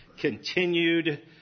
continued